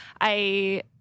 I-